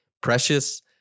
Precious